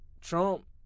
Trump